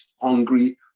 hungry